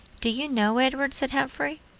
do you know, edward, said humphrey,